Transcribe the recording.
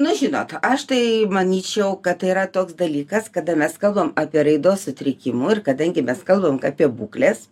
na žinot aš tai manyčiau kad tai yra toks dalykas kada mes kalbam apie raidos sutrikimu ir kadangi mes kalbam apie būkles